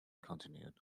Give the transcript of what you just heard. continued